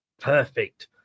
Perfect